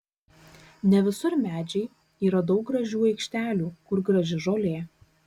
ne visur medžiai yra daug gražių aikštelių kur graži žolė